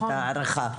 ההערכה.